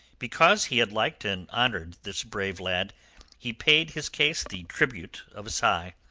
because he had liked and honoured this brave lad he paid his case the tribute of a sigh.